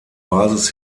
basis